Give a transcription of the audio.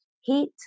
heat